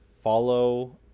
follow